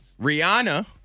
Rihanna